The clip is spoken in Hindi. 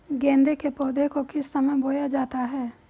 गेंदे के पौधे को किस समय बोया जाता है?